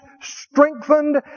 strengthened